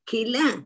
Kila